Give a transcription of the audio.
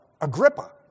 Agrippa